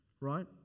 right